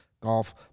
Golf